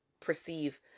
perceive